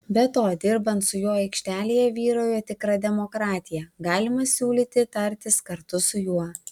be to dirbant su juo aikštelėje vyrauja tikra demokratija galima siūlyti tartis kartu su juo